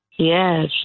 Yes